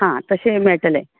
आं तशें मेळटलें